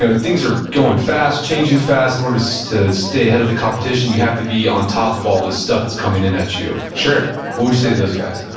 ah things are going fast, changing fast, in order so to stay ahead of the competition, you have to be on top of all this stuff that's coming in at you? sure what would you say to those guys?